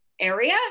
area